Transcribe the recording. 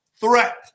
threat